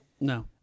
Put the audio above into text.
No